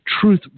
truth